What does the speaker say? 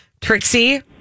Trixie